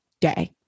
day